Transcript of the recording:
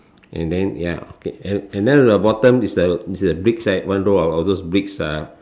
and then ya okay and and then the bottom is the is the bricks right one row of all those bricks uh